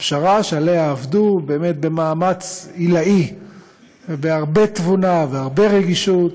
הפשרה שעליה עבדו במאמץ עילאי ובהרבה תבונה והרבה רגישות